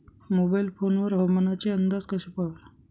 Mobile phone वर हवामानाचे अंदाज कसे पहावे?